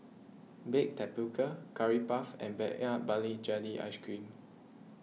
Baked Tapioca Curry Puff and Peanut Butter Jelly iIce Cream